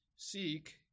Seek